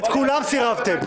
על כולן סירבתם.